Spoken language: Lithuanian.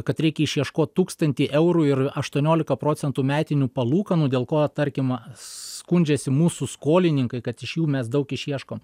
kad reikia išieškot tūkstantį eurų ir aštuoniolika procentų metinių palūkanų dėl ko tarkim skundžiasi mūsų skolininkai kad iš jų mes daug išieškom